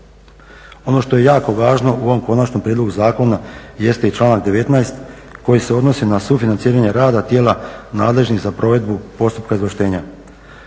Ono što je jako važno u ovom konačnom prijedlogu zakona jeste i članak 19. koji se odnosi na sufinanciranje rada tijela nadležnih za provedbu postupka izvlaštenja.